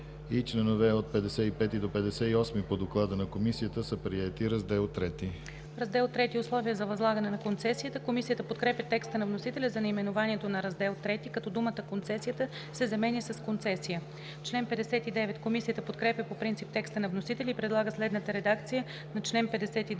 и членове от 55 до 58 по доклада на Комисията са приети. ДОКЛАДЧИК АННА АЛЕКСАНДРОВА: „Раздел ІІІ - Условия за възлагане на концесията“. Комисията подкрепя текста на вносителя за наименованието на Раздел ІІІ, като думата „концесията“ се заменя с „концесия“. Комисията подкрепя по принцип текста на вносителя и предлага следната редакция на чл. 59: